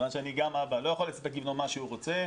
גם אני אבא והיום האזרח לא יכול לספק לבנו מה שהוא רוצה.